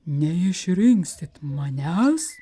neišrinksit manęs